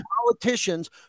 politicians